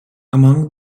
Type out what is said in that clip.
among